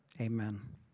Amen